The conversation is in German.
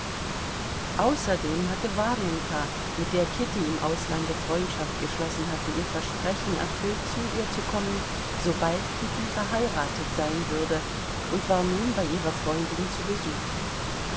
außerdem hatte warjenka mit der kitty im auslande freundschaft geschlossen hatte ihr versprechen erfüllt zu ihr zu kommen sobald kitty verheiratet sein würde und war nun bei ihrer freundin zu besuch